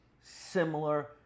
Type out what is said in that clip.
similar